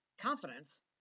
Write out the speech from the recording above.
confidence